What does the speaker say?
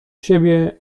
siebie